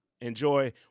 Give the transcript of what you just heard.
enjoy